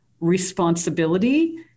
responsibility